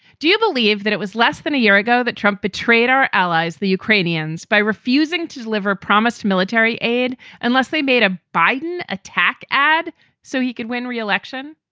do you believe that it was less than a year ago that trump betrayed our allies, the ukrainians, by refusing to deliver promised military aid unless they made a biden attack ad so he could win re-election?